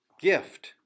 gift